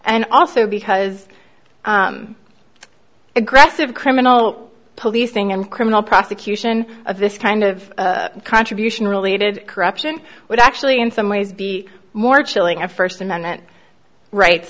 and also because aggressive criminal policing and criminal prosecution of this kind of contribution related corruption would actually in some ways be more chilling of first amendment rights